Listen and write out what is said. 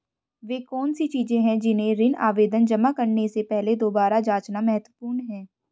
वे कौन सी चीजें हैं जिन्हें ऋण आवेदन जमा करने से पहले दोबारा जांचना महत्वपूर्ण है?